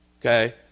Okay